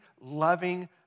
loving